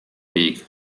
weg